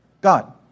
God